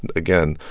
and again,